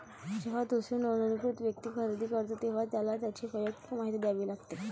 जेव्हा दुसरी नोंदणीकृत व्यक्ती खरेदी करते, तेव्हा त्याला त्याची वैयक्तिक माहिती द्यावी लागते